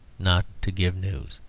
not to give news.